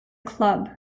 club